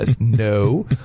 No